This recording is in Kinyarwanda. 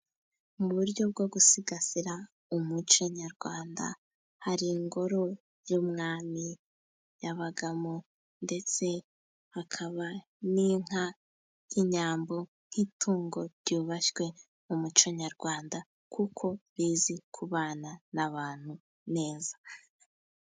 Mu buryo bwo gusigasira umuco nyarwanda, hari ingoro y'umwami yabagamo, ndetse hakaba n'inka y'inyambo nk'itungo ryubashywe mu muco nyarwanda, kuko zizi kubana n'abantu neza.